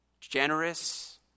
generous